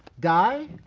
die,